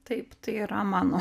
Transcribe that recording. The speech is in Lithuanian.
taip tai yra mano